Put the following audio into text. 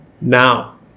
Now